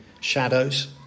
shadows